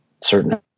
certain